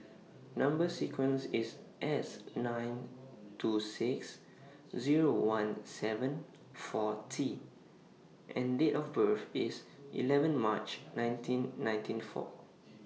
Number sequence IS S nine two six Zero one seven four T and Date of birth IS eleven March nineteen ninety four